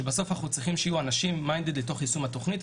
שבסוף אנחנו צריכים שיהיו אנשים מוכוונים ליישום התוכנית.